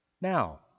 Now